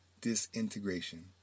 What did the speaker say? Disintegration